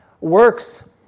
works